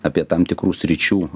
apie tam tikrų sričių